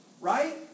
right